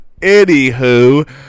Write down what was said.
anywho